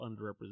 underrepresented